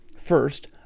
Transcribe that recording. First